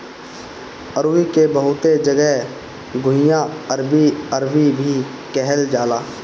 अरुई के बहुते जगह घुइयां, अरबी, अरवी भी कहल जाला